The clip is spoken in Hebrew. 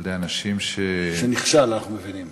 על-ידי אנשים, שנכשל, אנחנו מבינים.